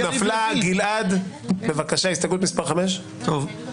הצבעה לא אושר.